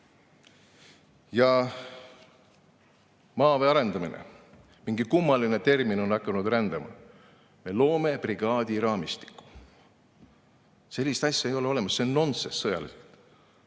Ja maaväe arendamine. Mingi kummaline termin on hakanud rändama. Me loome brigaadi raamistiku. Sellist asja ei ole olemas, see on nonsenss sõjaliselt.